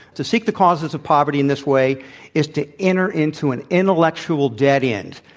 to seek the causes of poverty in this way is to enter into an intellectual dead end,